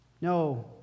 No